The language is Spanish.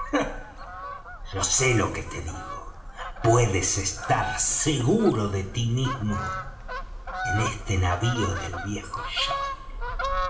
yo sé lo que te digo puedes estar seguro de tí mismo en este navío del viejo john